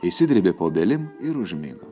išsidrėbė po obelim ir užmigo